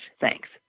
thanks